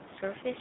surface